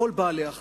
לכל בעלי-החיים.